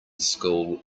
school